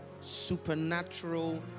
supernatural